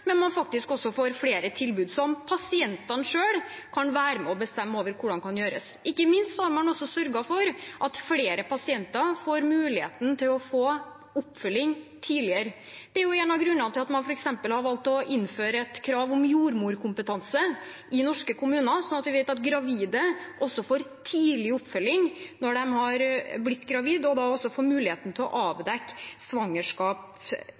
men også at man faktisk får flere tilbud, som pasientene selv kan være med og bestemme over hvordan kan gjøres. Ikke minst har man også sørget for at flere pasienter får muligheten til å få oppfølging tidligere. Det er jo en av grunnene til at man f.eks. har valgt å innføre et krav om jordmorkompetanse i norske kommuner, slik at vi vet at kvinner får tidlig oppfølging når de har blitt gravide, og da får muligheten til å avdekke utfordringer i svangerskapet tidligere. Men noe av